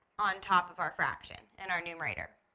on top of our fraction in our numerator.